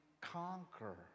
conquer